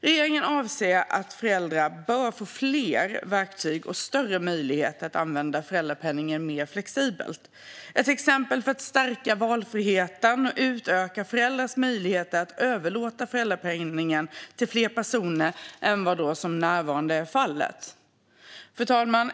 Regeringen anser att föräldrar bör få fler verktyg och större möjligheter att använda föräldrapenningen flexibelt. Ett exempel för att stärka valfriheten är att utöka föräldrars möjligheter att överlåta föräldrapenningen till fler personer än vad som för närvarande är fallet.